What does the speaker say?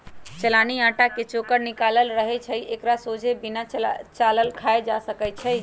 चलानि अटा के चोकर निकालल रहै छइ एकरा सोझे बिना चालले खायल जा सकै छइ